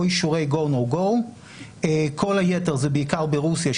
אישורי go-no-go כל היתר זה בעיקר ברוסיה,